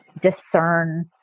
discern